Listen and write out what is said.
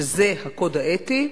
שזה הקוד האתי,